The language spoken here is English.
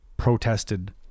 protested